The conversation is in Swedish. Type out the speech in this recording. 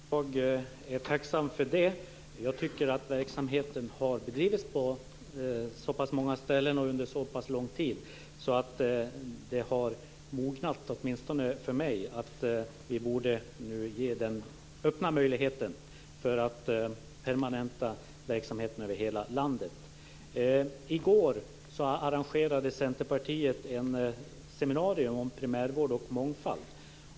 Fru talman! Jag är tacksam för det. Jag tycker att verksamheten har bedrivits på så pass många ställen och under så pass lång tid att tanken har mognat, åtminstone för mig, att vi borde öppna möjligheten att permanenta verksamheten över hela landet. I går arrangerade Centerpartiet ett seminarium om primärvård och mångfald.